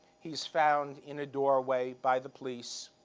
he's found in a doorway by the police,